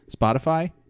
Spotify